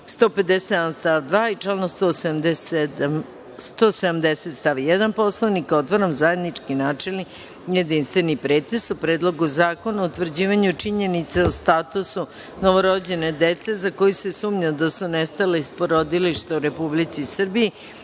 157. stav 2. i članu 170. stav 1. Poslovnika, otvaram zajednički načelni i jedinstveni pretres o Predlogu zakona o utvrđivanju činjenica o statusu novorođene dece za koju se sumnja da su nestala iz porodilišta u Republici Srbiji